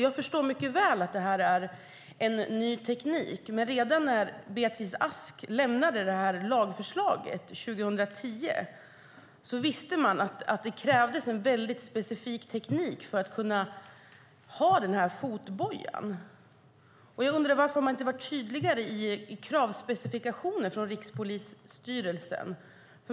Jag förstår mycket väl att det är en ny teknik, men redan när Beatrice Ask lämnade lagförslaget 2010 visste man att det krävdes en väldigt specifik teknik för att kunna ha fotbojan. Jag undrar varför man inte har varit tydligare i kravspecifikationen från Rikspolisstyrelsen.